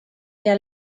their